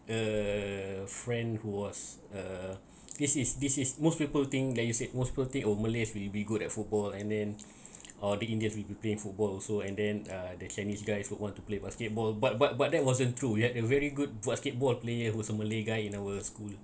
uh friend who was uh this is this is most people think that you said most people think oh malays will be good at football and then or the indians will be playing football also and then uh the chinese guys would want to play basketball but but but that wasn't true yet a very good basketball player who's a malay guy in our school